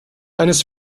eines